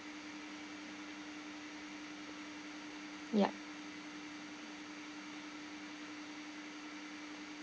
yup